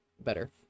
better